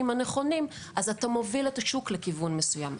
הנכונים אז אתה מוביל את השוק לכיוון מסוים.